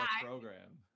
program